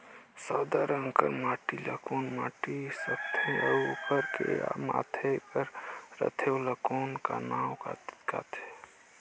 सादा रंग कर माटी ला कौन माटी सकथे अउ ओकर के माधे कर रथे ओला कौन का नाव काथे?